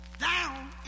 Down